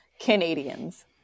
Canadians